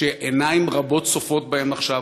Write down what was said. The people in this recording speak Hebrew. עיניים רבות צופות בהם עכשיו,